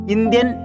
Indian